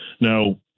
Now